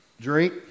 Drink